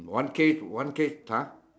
one case one case !huh!